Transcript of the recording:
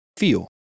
Feel